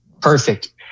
Perfect